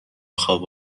خواب